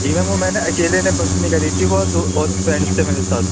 جی ma'am وہ میں نے اکیلے نے بنک نہیں کری تھی وہ دو اور فرینڈس تھے میرے ساتھ